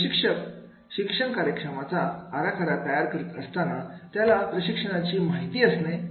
प्रशिक्षक शिक्षण कार्यक्रमाचा आराखडा तयार करत असताना त्याला प्रशिक्षणार्थींची माहिती असणे गरजेचे आहे